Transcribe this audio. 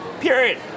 Period